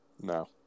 No